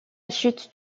chute